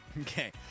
Okay